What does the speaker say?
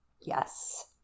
Yes